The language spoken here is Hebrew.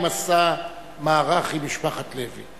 השר ליברמן פעמיים עשה מערך עם משפחת לוי.